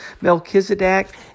Melchizedek